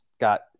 Got